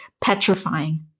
petrifying